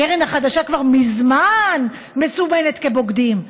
הקרן החדשה כבר מזמן מסומנת: בוגדים,